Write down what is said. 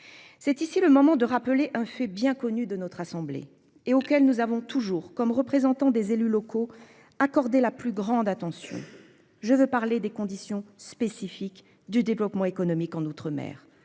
C'est ici le moment de rappeler un fait bien connu de notre assemblée et auquel nous avons toujours comme représentant des élus locaux accorder la plus grande attention. Je veux parler des conditions spécifiques du développement économique en outre-mer